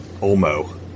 Olmo